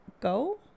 go